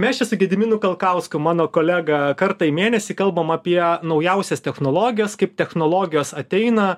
mes čia su gediminu kalkausku mano kolega kartą į mėnesį kalbam apie naujausias technologijas kaip technologijos ateina